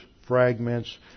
fragments